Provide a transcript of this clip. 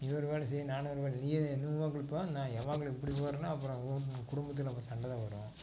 நீ ஒரு வேலை செய் நானும் ஒரு வேலை செய்கிறேன் நீயே நான் கொடுக்கப் போறேன்னா அப்றம் உன் குடும்பத்தில் அப்போ சண்டை தான் வரும்